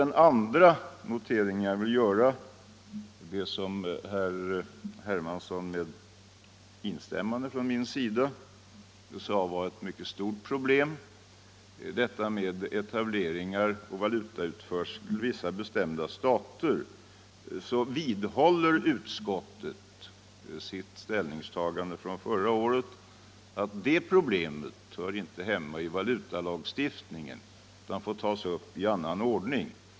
Den andra notering jag vill göra gäller det som herr Hermansson, med instämmande från min sida, sade var ett mycket stort problem, nämligen etablering i och valutautförsel till vissa bestämda stater. Där vidhåller utskottet sitt ställningstagande från förra året att det problemet inte hör hemma i valutalagstiftningen utan får tas upp i annan ordning.